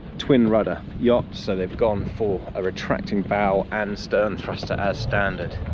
twin rudder yacht, so they've gone for a retracting bow and stern thruster as standard.